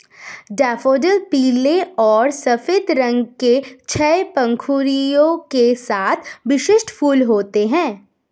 daffodil पीले और सफ़ेद रंग के छह पंखुड़ियों के साथ विशिष्ट फूल होते हैं